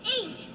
Eight